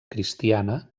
cristiana